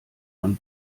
man